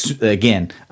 again